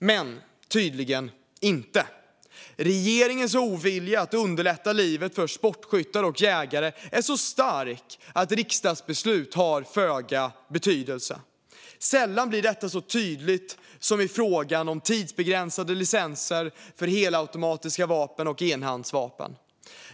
Men tydligen inte. Regeringens ovilja att underlätta livet för sportskyttar och jägare är så stark att riksdagsbeslut har föga betydelse. Sällan blir detta så tydligt som i frågan om tidsbegränsade licenser för helautomatiska vapen och enhandsvapen.